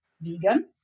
vegan